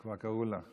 קראו לך.